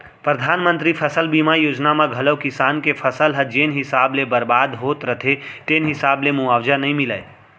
परधानमंतरी फसल बीमा योजना म घलौ किसान के फसल ह जेन हिसाब ले बरबाद होय रथे तेन हिसाब ले मुवावजा नइ मिलय